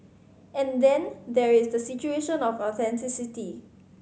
and then there is the situation of authenticity